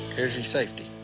here's your safety.